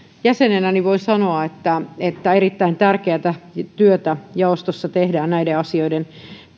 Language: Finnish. jäsenenä voin sanoa että että erittäin tärkeätä työtä jaostossa tehdään näiden asioiden